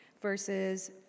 verses